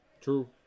True